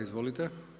Izvolite.